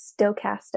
Stochastic